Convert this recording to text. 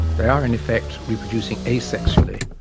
they are in effect reproducing asexually,